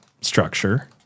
structure